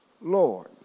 lord